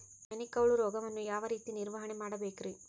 ಸೈನಿಕ ಹುಳು ರೋಗವನ್ನು ಯಾವ ರೇತಿ ನಿರ್ವಹಣೆ ಮಾಡಬೇಕ್ರಿ?